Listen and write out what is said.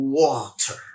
water